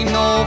no